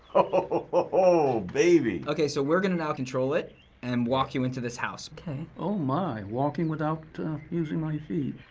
oh, baby. okay, so we're gonna now control it and walk you into this house. okay. oh my. walking without using my feet.